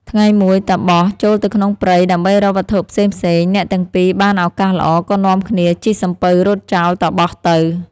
ថ្ងៃមួយ តាបសចូលទៅក្នុងព្រៃដើម្បីរកវត្ថុផ្សេងៗ អ្នកទាំងពីរបានឱកាសល្អ ក៏នាំគ្នាជិះសំពៅរត់ចោល តាបសទៅ ។